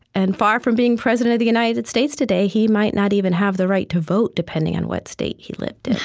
and far from being president of the united states today. he might not even have the right to vote, depending on what state he lived in